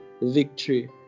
victory